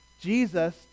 Jesus